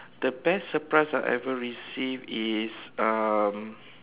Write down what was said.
the best surprise I ever received is um